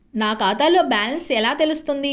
నా ఖాతాలో బ్యాలెన్స్ ఎలా తెలుస్తుంది?